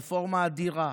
רפורמה אדירה,